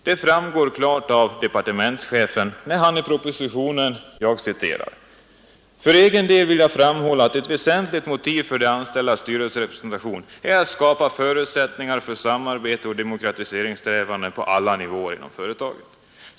Detta framgår klart av departementschefens uttalande i propositionen: ”För egen del vill jag framhålla att ett väsentligt motiv för de anställdas styrelserepresentation är att skapa bättre samarbetsoch demokratiseringssträvanden på alla nivåer inom företaget.